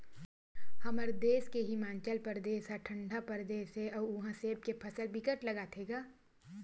हमर देस के हिमाचल परदेस ह ठंडा परदेस हे अउ उहा सेब के फसल बिकट लगाथे गा